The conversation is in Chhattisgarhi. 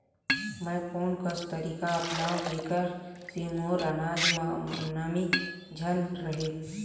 मैं कोन कस तरीका अपनाओं जेकर से मोर अनाज म नमी झन रहे?